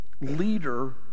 leader